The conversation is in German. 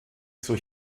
zur